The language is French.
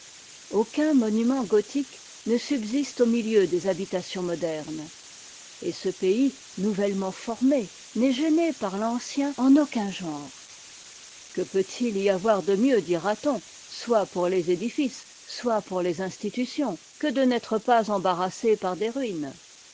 aucun monument gothique ne subsiste au milieu des habitations modernes et ce pays nouvellement formé n'est gêné par l'ancien en aucun genre que peut-il y avoir de mieux dira-t-on soit pour les édifices soit pour les institutions que de n'être pas embarrassé par des ruines